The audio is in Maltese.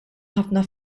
ħafna